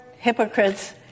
hypocrite's